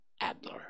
Adler